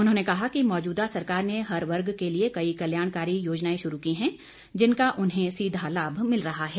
उन्होंने कहा कि मौजूदा सरकार ने हर वर्ग के लिए कई कल्याणकारी योजनाएं शुरू की हैं जिनका उन्हें सीधा लाभ मिल रहा है